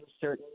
certain